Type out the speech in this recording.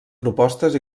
propostes